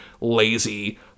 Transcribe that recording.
lazy